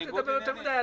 אל תדבר עליו יותר מדי,